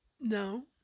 no